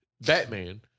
Batman